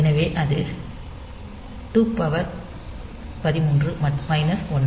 எனவே அது 213 1